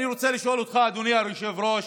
אני רוצה לשאול אותך, אדוני היושב-ראש: